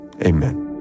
amen